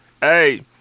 Hey